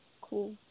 Cool